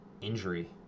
injury